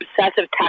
obsessive